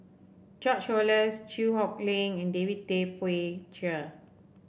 George Oehlers Chew Hock Leong and David Tay Poey Cher